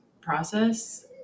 process